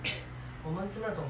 我们是那种 first class